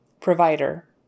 provider